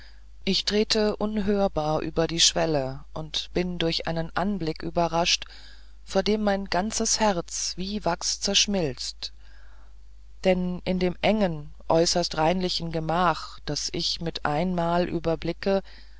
ich trete unhörbar über die schwelle und bin durch einen anblick überrascht vor dem mein ganzes herz wie wachs zerschmilzt denn in dem engen äußerst reinlichen gemach das ich mit einmal überblickte